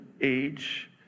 age